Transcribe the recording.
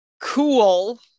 Cool